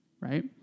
Right